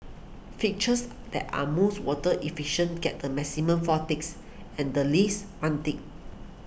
fixtures that are most water efficient get the maximum four ticks and the least one tick